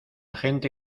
gente